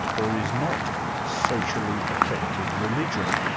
or is not socially effective religion.